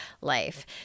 life